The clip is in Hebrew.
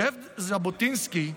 זאב ז'בוטינסקי,